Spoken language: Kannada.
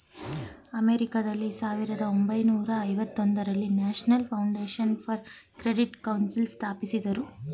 ಅಮೆರಿಕಾದಲ್ಲಿ ಸಾವಿರದ ಒಂಬೈನೂರ ಐವತೊಂದರಲ್ಲಿ national foundation for credit council ಸ್ಥಾಪಿಸಿದರು